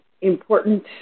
important